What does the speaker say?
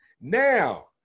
Now